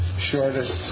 shortest